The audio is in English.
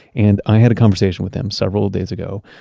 and i had a conversation with him several days ago,